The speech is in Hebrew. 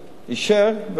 אישר,